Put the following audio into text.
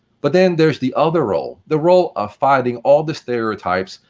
but then there's the other role the role of finding all the stereotypes,